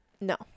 no